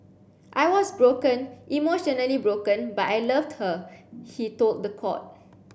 I was broken emotionally broken but I loved her he told court